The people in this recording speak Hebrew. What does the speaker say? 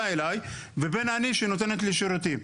אליי ובין אני שהיא נותנת לי שירותים,